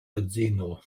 edzino